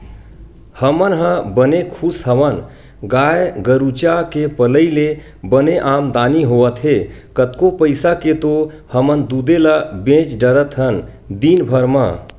हमन ह बने खुस हवन गाय गरुचा के पलई ले बने आमदानी होवत हे कतको पइसा के तो हमन दूदे ल बेंच डरथन दिनभर म